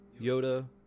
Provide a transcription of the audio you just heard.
Yoda